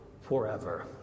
forever